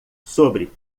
sobre